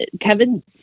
Kevin